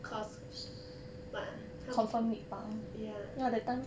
cause what ah 它 ya